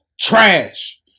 trash